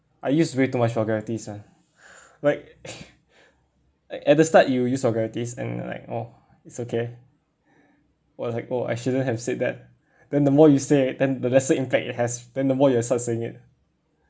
I use way too much vulgarities ah like at the start you use vulgarities and like oh it's okay I was like oh I shouldn't have said that then the more you say it then the lesser impact it has then the more you will start saying it